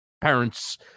parents